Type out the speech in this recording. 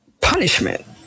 punishment